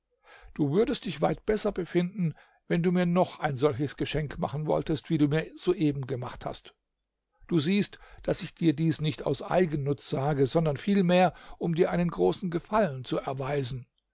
du würdest dich weit besser befinden wenn du mir noch ein solches geschenk machen wolltest wie du mir soeben gemacht hast du siehst daß ich dir dies nicht aus eigennutz sage sondern vielmehr um dir einen großen gefallen zu erweisen